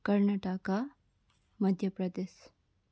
Karnataka Madhya Pradesh